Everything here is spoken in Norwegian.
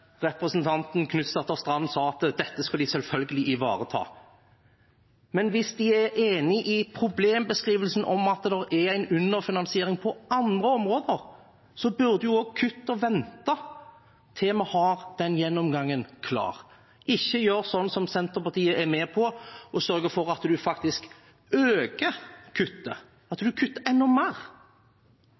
representanten Knutsdatter Strand sa de selvfølgelig skal ivareta. Men hvis de er enige i problembeskrivelsen om at det er en underfinansiering på andre områder, burde man jo vente med kuttene til den gjennomgangen er klar – ikke gjøre som Senterpartiet er med på å gjøre, sørge for at man faktisk øker kuttet, at man kutter enda mer.